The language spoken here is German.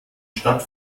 stadt